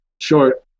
short